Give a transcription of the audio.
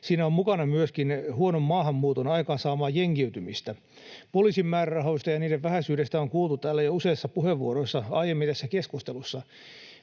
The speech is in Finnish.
siinä on mukana myöskin huonon maahanmuuton aikaansaamaa jengiytymistä. Poliisin määrärahoista ja niiden vähäisyydestä on kuultu täällä jo useissa puheenvuoroissa aiemmin tässä keskustelussa.